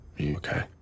Okay